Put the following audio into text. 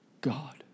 God